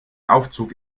aufzug